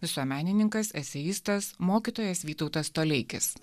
visuomenininkas eseistas mokytojas vytautas toleikis